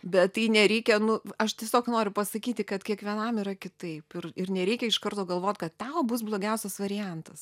bet tai nereikia nu aš tiesiog noriu pasakyti kad kiekvienam yra kitaip ir ir nereikia iš karto galvot kad tau bus blogiausias variantas